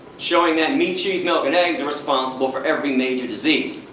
showing that meat, cheese, milk and eggs are responsible for every major disease.